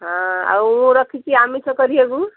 ହଁ ଆଉ ରଖିଛି ଆମିଷ କରିବାକୁ